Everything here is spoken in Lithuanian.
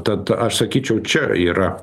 tad aš sakyčiau čia yra